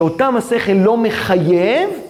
אותם השכל לא מחייב.